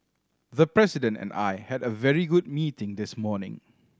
the President and I had a very good meeting this morning